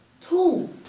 Two